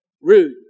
Rude